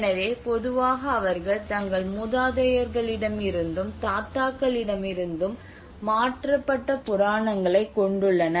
எனவே பொதுவாக அவர்கள் தங்கள் மூதாதையர்களிடமிருந்தும் தாத்தாக்களிடமிருந்தும் மாற்றப்பட்ட புராணங்களைக் கொண்டுள்ளனர்